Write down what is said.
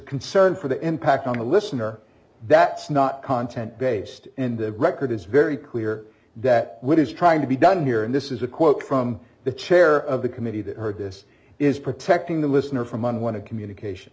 concern for the impact on the listener that's not content based in the record is very clear that what is trying to be done here and this is a quote from the chair of the committee that heard this is protecting the listener from on one of communication